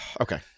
okay